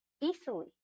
easily